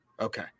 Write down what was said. Okay